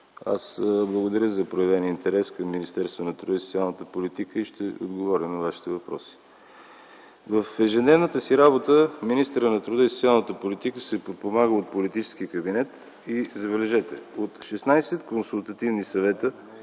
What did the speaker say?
Аз благодаря за проявения интерес към Министерството на труда и социалната политика и ще отговоря на Вашия въпрос. В ежедневната си работа министърът на труда и социалната политика се подпомага от политически кабинет и, забележете, от 16 консултативни съвета,